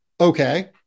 okay